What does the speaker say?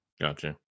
Gotcha